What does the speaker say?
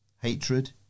Hatred